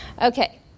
Okay